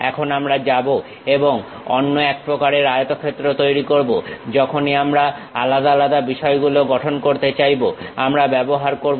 এখন আমরা যাব এবং অন্য এক প্রকারের আয়তক্ষেত্র তৈরি করব যখনই আমরা আলাদা আলাদা বিষয়গুলো গঠন করতে চাইবো আমরা ব্যবহার করব